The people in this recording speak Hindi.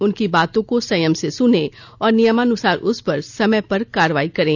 उनकी बातों को संयम से सुनें और नियमानुसार उस पर समय पर कार्रवाई करें